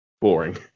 boring